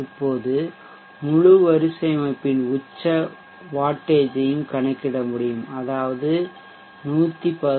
இப்போது முழு வரிசை அமைப்பின் உச்ச வாட்டேஜையும் கணக்கிட முடியும் அதாவது 114